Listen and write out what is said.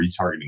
retargeting